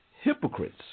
Hypocrites